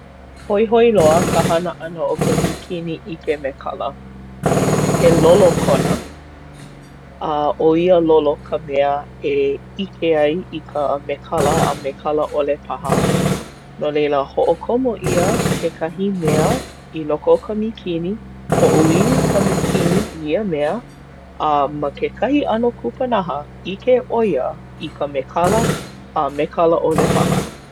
Hoihoi loa ka hana ʻana o ka mīkini ʻike mekala. He lolo kona. A, ʻo ia lolo ka mea e ʻike ai i ka mekala a mekala ʻole paha. No leila, hoʻokomo ʻia kekahi mea i loko o ka mīkini. Hoʻoili ka mīkini i ia mea. A ma kekahi ʻano kupanaha, ʻike ʻo ia i ka mekala a mekala ʻole paha.